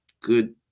good